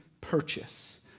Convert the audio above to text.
purchase